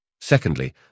Secondly